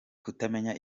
kutamenya